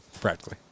Practically